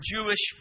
Jewish